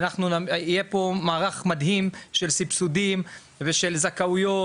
יהיה פה מערך מדהים של סבסודים ושל זכאיות